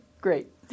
Great